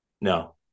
No